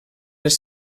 les